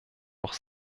doch